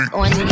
on